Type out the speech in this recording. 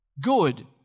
Good